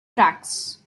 tracks